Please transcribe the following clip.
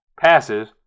passes